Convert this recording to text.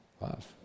love